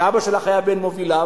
ואבא שלך היה בין מוביליו,